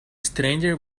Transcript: stranger